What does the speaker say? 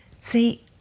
See